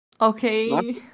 Okay